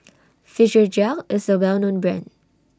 Physiogel IS A Well known Brand